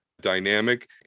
dynamic